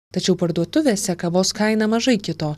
tačiau parduotuvėse kavos kaina mažai kito